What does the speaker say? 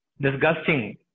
disgusting